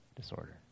disorder